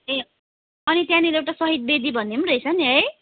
ए अनि त्यहाँनिर एउटा सहिद वेदी भन्ने पनि रहेछ नि है